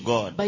God